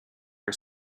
her